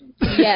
Yes